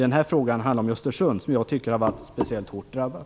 Den här frågan gäller dock Östersund, som jag tycker har varit särskilt hårt drabbat.